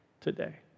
today